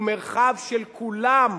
הוא מרחב של כולם,